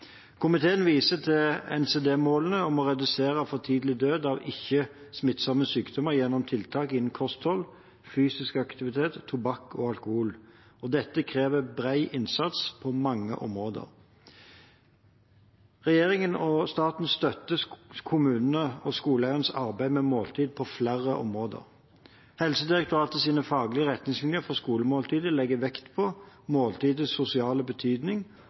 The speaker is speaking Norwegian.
Komiteen viser til NCD-målene om å redusere for tidlig død av ikke-smittsomme sykdommer gjennom tiltak innen kosthold, fysisk aktivitet, tobakk og alkohol. Dette krever bred innsats på mange områder. Regjeringen og staten støtter kommunenes og skoleeiernes arbeid med måltid på flere områder. Helsedirektoratets faglige retningslinjer for skolemåltidet legger vekt på måltidets sosiale betydning